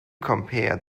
compare